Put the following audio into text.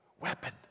weapon